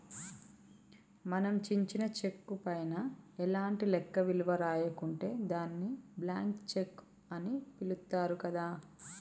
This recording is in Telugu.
మనం చించిన చెక్కు పైన ఎలాంటి లెక్క విలువ రాయకుంటే దాన్ని బ్లాంక్ చెక్కు అని పిలుత్తారు గదా